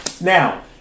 Now